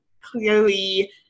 clearly